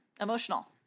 emotional